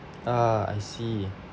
ah I see